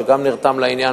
שגם נרתם לעניין,